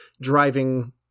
driving